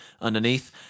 underneath